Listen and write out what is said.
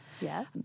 yes